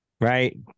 Right